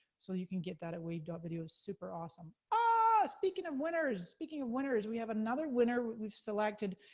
so you can get that at wave ah video, super awesome. ah, speaking of winners, speaking of winners! we have another winner who we selected.